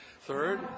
Third